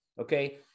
okay